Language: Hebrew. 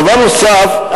דבר נוסף,